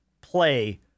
play